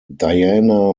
diana